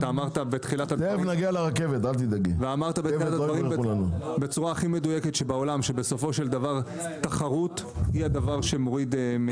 אמרת בצורה הכי מדויקת שבסופו של דבר תחרות היא הדבר שמוריד.